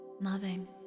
loving